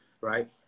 right